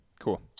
Cool